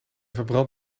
verbrand